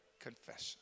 Confession